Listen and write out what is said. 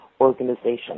organization